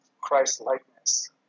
Christ-likeness